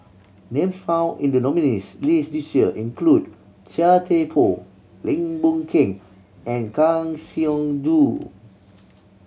names found in the nominees' list this year include Chia Thye Poh Lim Boon Keng and Kang Siong Joo